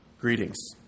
greetings